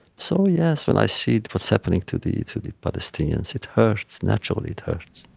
so yes, when i see what is happening to the to the palestinians, it hurts. naturally, it hurts